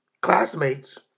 classmates